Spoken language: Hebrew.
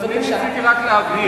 אז אני ניסיתי,- רציתי להבהיר.